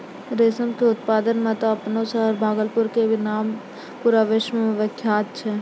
रेशम के उत्पादन मॅ त आपनो शहर भागलपुर के नाम पूरा विश्व मॅ विख्यात छै